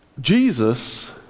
Jesus